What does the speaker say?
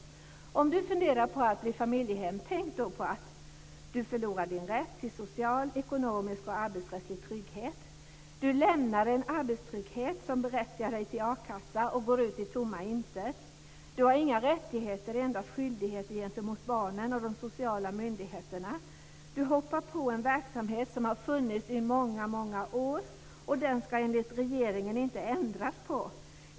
Vidare stod det: Om du funderar på att bli familjehem tänk då på att du förlorar din rätt till social, ekonomisk och arbetsrättslig trygghet. Du lämnar en arbetstrygghet som berättigar dig till a-kassa och går ut i tomma intet. Du har inga rättigheter, endast skyldigheter gentemot barnen och de sociala myndigheterna. Du hoppar på en verksamhet som har funnits i många, många år, och den ska enligt regeringen inte ändras på.